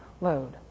load